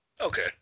Okay